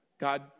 God